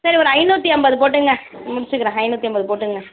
சரி ஒரு ஐந்நூற்றி ஐம்பது போட்டுக்கங்க முடிச்சிக்கிறேன் ஐந்நூற்றி ஐம்பது போட்டுக்கங்க